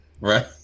Right